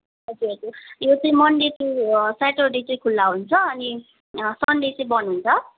हजुर हजुर यो चाहिँ मनडे टू स्याटरडे चाहिँ खुल्ला हुन्छ अनि सनडे चाहिँ बन्द हुन्छ